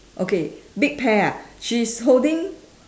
okay big pear ah she's holding